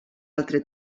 altre